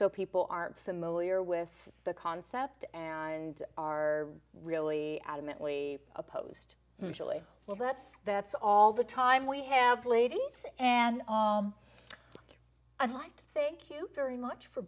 so people aren't familiar with the concept and are really adamantly opposed julie well that's that's all the time we have ladies and i'd like to thank you very much for